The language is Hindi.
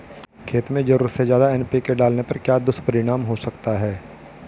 खेत में ज़रूरत से ज्यादा एन.पी.के डालने का क्या दुष्परिणाम हो सकता है?